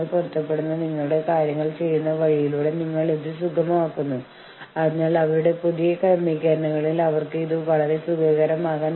അർദ്ധ ജുഡീഷ്യൽ പ്രക്രിയ എന്നതുകൊണ്ട് അർത്ഥമാക്കുന്നത് അത് യഥാർത്ഥത്തിൽ ജുഡീഷ്യലല്ല അല്ലെങ്കിൽ നിയമപരമല്ല